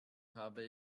habe